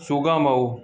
सूगमऊ